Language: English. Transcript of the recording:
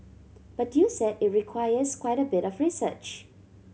but you said it requires quite a bit of research